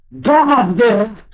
God